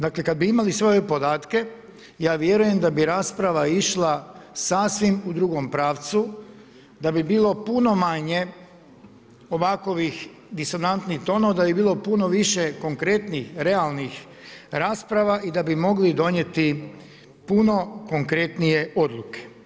Dakle, kad bi imali sve ove podatke, ja vjeruje da bi rasprava išla sasvim u drugom pravcu, da bi bilo puno manje ovakvih disonantnih tonova, da bi bilo puno više konkretnih realnih rasprava i da bi mogli donijeti puno konkretnije odluke.